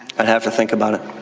i'd have to think about it.